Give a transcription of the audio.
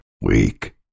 weak